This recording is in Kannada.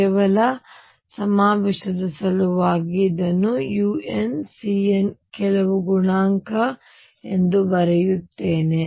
ಕೇವಲ ಸಮಾವೇಶದ ಸಲುವಾಗಿ ನಾನು ಇದನ್ನು un Cn ಕೆಲವು ಗುಣಾಂಕ Cn ಎಂದು ಬರೆಯುತ್ತೇನೆ